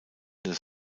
des